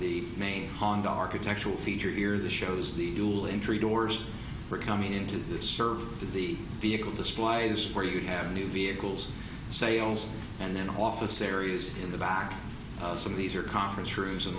the main honda architectural feature here this shows the dual entry doors are coming into the service of the vehicle the supply is where you have new vehicles sales and then office areas in the back some of these are conference rooms and